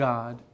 God